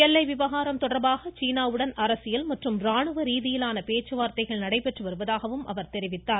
எல்லை விவகாரம் தொடர்பாக சீனாவுடன் அரசியல் மற்றும் ராணுவ ரீதியிலான பேச்சுவார்த்தைகள் நடைபெற்று வருவதாக கூறினார்